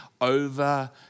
over